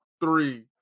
three